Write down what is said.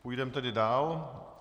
Půjdeme tedy dál.